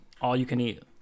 all-you-can-eat